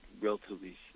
relatively